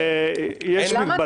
יש מגבלה, כן.